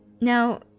Now